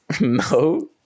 No